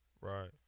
Right